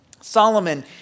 Solomon